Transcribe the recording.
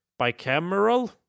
bicameral